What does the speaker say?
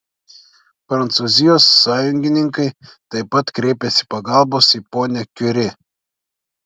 prancūzijos sąjungininkai taip pat kreipiasi pagalbos į ponią kiuri